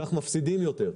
כך מפסידים יותר,